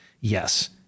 yes